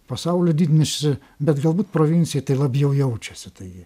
pasaulio didmiesčiuose bet galbūt provincija tai labiau jaučiasi tai